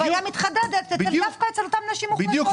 הבעיה מתחדדת דווקא אצל אותן נשים מוחלשות.